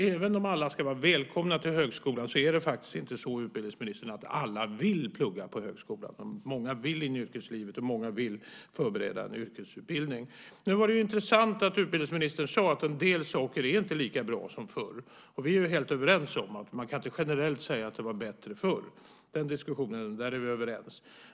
Även om alla ska vara välkomna till högskolan är det faktiskt inte så, utbildningsministern, att alla vill plugga på högskolan. Många vill in i yrkeslivet, och många vill förbereda en yrkesutbildning. Det var intressant att utbildningsministern nu sade att en del saker inte är lika bra som förr. Vi är helt överens om att man inte generellt kan säga att det var bättre förr. I den diskussionen är vi överens.